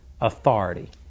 authority